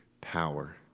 power